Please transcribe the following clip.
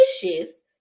delicious